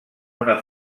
una